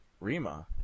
Rima